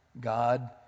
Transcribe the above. God